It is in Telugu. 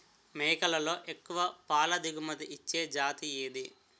మేకలలో ఎక్కువ పాల దిగుమతి ఇచ్చే జతి ఏది?